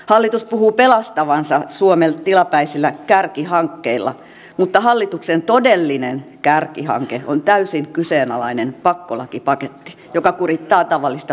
hallitus puhuu pelastavansa suomen tilapäisillä kärkihankkeilla mutta hallituksen todellinen kärkihanke on täysin kyseenalainen pakkolakipaketti joka kurittaa tavallista palkansaajaa